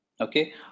Okay